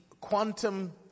quantum